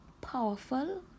powerful